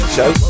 show